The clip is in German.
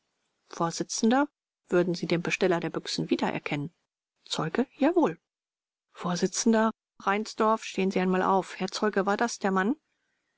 vors würden sie den besteller der büchsen wiedererkennen zeuge jawohl vors reinsdorf stehen sie einmal auf herr zeuge war das der mann